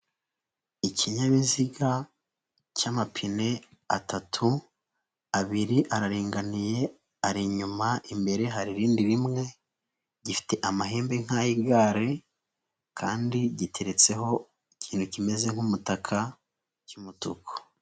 Ikinyabiziga cy'amapine atatu, abiri araringaniye ari inyuma, imbere hari irindi rimwe, gifite amahembe nk'ay'igare kandi giteretseho ikintu kimeze nk'umutaka cy'umutuku.